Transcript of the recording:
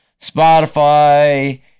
Spotify